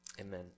amen